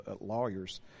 lawyers